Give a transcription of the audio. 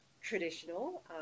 traditional